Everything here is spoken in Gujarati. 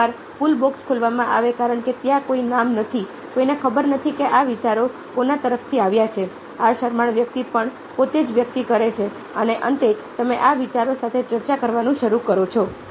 એકવાર પૂલ બોક્સ ખોલવામાં આવે કારણ કે ત્યાં કોઈ નામ નથી કોઈને ખબર નથી કે આ વિચારો કોના તરફથી આવ્યા છે આ શરમાળ વ્યક્તિ પણ પોતે જ વ્યક્ત કરે છે અને અંતે તમે આ વિચારો સાથે ચર્ચા કરવાનું શરૂ કરો છો